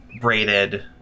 braided